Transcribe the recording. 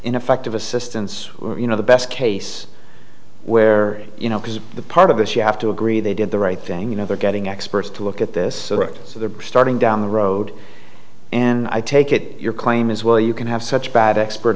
ineffective assistance you know the best case where you know because of the part of this you have to agree they did the right thing you know they're getting experts to look at this so they're starting down the road and i take it your claim is well you can have such bad expert